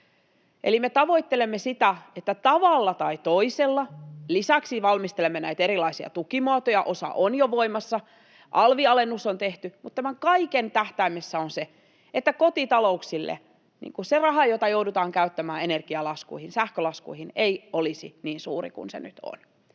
Eli me tavoittelemme sitä, että tavalla tai toisella... Lisäksi valmistelemme näitä erilaisia tukimuotoja, joista osa on jo voimassa, alvin alennus on tehty. Mutta tämän kaiken tähtäimessä on se, että kotitalouksille se raha, jota joudutaan käyttämään energialaskuihin, sähkölaskuihin, ei olisi niin suuri kuin se nyt on.